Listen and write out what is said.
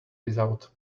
without